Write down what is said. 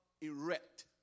erect